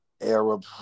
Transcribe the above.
Arab